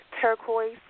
turquoise